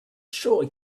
sure